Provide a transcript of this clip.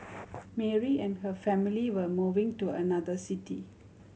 Mary and her family were moving to another city